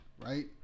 right